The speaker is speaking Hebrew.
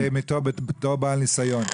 יש לי שאלה אליך בתור בעל ניסיון,